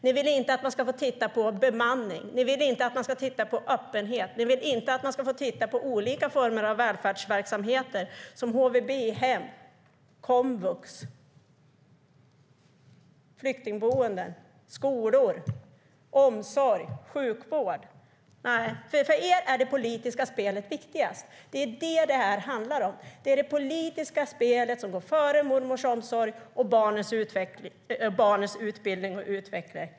Ni vill inte att man ska titta på bemanning. Ni vill inte att man ska titta på öppenhet. Ni vill inte att man ska titta på olika former av välfärdsverksamheter som HVB-hem, komvux, flyktingboenden, skolor, omsorg och sjukvård. För er är det politiska spelet viktigast. Det är det som det här handlar om. Det politiska spelet går före mormors omsorg och barnens utbildning och utveckling.